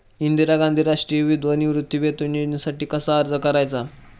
इंदिरा गांधी राष्ट्रीय विधवा निवृत्तीवेतन योजनेसाठी अर्ज कसा करायचा?